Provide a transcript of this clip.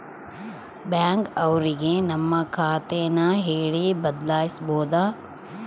bank ಅವ್ರಿಗೆ ನಮ್ ಖಾತೆ ನ ಹೇಳಿ ಬದಲಾಯಿಸ್ಬೋದು